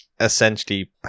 essentially